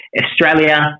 Australia